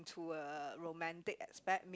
to a romantic aspect